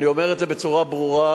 אני אומר את זה בצורה ברורה,